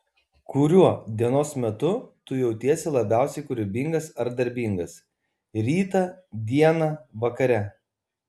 kuriuo dienos metu tu jautiesi labiausiai kūrybingas ar darbingas rytą dieną vakare